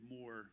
more